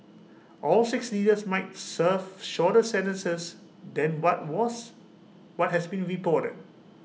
all six leaders might serve shorter sentences than what was what has been reported